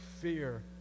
fear